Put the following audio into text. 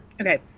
Okay